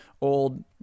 old